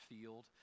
field